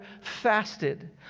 fasted